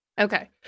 Okay